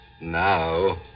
Now